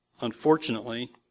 Unfortunately